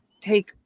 take